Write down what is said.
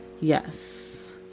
yes